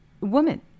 woman